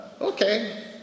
okay